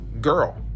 girl